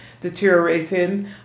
deteriorating